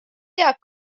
teab